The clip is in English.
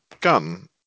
gun